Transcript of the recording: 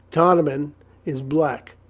ptarmigan is black.